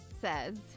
says